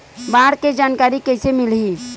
बाढ़ के जानकारी कइसे मिलही?